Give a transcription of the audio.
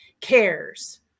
cares